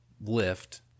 lift